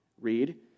read